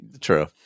true